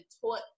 taught